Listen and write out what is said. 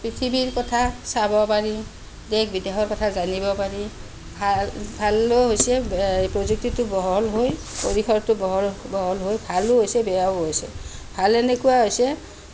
পৃথিৱীৰ কথা চাব পাৰি দেশ বিদেশৰ কথা জানিব পাৰি ভাল ভালো হৈছে প্ৰযুক্তিটো বহল হৈ পৰিসৰটো বহল বহল হৈ ভালো হৈছে বেয়াও হৈছে ভাল এনেকুৱা হৈছে